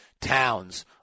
Towns